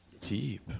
Deep